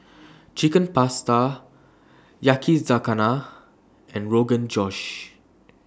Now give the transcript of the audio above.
Chicken Pasta Yakizakana and Rogan Josh